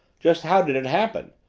just how did it happen?